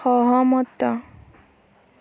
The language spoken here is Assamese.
সহমত